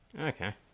Okay